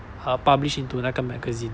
uh published into 那个 magazine